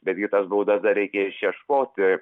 bet gi tas baudas dar reikia išieškoti